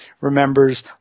remembers